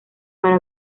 para